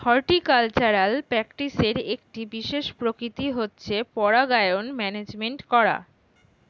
horticultural প্র্যাকটিসের একটি বিশেষ প্রকৃতি হচ্ছে পরাগায়ন ম্যানেজমেন্ট করা